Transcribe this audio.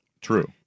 True